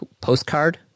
postcard